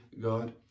God